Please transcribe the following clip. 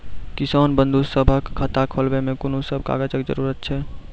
किसान बंधु सभहक खाता खोलाबै मे कून सभ कागजक जरूरत छै?